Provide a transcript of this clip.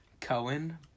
Cohen